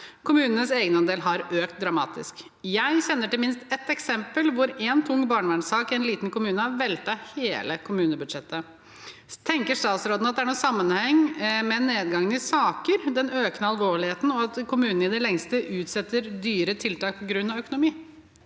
Kommunenes egenandel har økt dramatisk. Jeg kjenner til minst ett eksempel hvor én tung barnevernssak i en liten kommune har veltet hele kommunebudsjettet. Tenker statsråden at det er noen sammenheng mellom nedgangen i saker, den økende alvorligheten og at kommunene i det lengste utsetter dyre tiltak på grunn av økonomi?